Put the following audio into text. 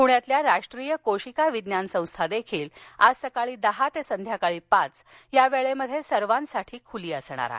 पुण्यातील राष्ट्रीय कोशिका विज्ञान संस्था देखील आज सकाळी दहा ते संध्याकाळी पाच या वेळेत सर्वांसाठी खूली असणार आहे